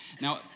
Now